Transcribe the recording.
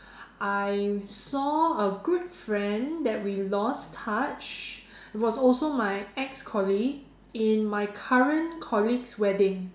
I saw a good friend that we lost touch it was also my ex colleague in my current colleague's wedding